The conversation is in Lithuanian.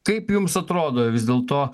kaip jums atrodo vis dėlto